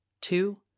Two